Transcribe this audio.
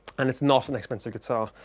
and it's not an expensive guitar!